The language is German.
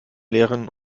leeren